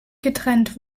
getrennt